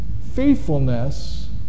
faithfulness